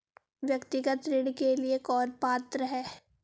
व्यक्तिगत ऋण के लिए कौन पात्र है?